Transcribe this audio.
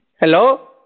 Hello